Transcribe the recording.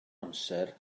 amser